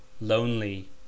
Lonely